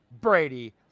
Brady